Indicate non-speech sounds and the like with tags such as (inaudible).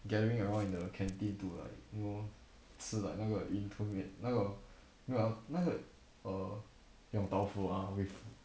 gathering around in the canteen to like you know 吃 like 那个云吞面那个 (noise) 那个 err yong tau foo ah with